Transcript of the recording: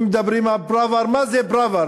אם מדברים על פראוור, מה זה פראוור?